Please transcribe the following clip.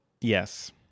Yes